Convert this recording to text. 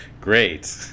Great